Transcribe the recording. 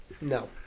No